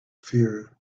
fear